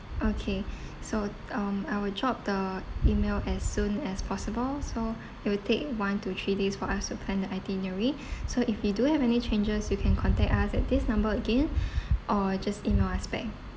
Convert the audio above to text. okay so um I will drop the email as soon as possible so it will take one to three days for us to plan the itinerary so if you do have any changes you can contact us at this number again or just email us back